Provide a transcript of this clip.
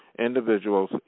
individuals